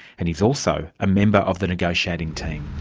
and he's also a member of the negotiating team.